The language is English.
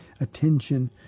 attention